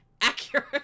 Accurate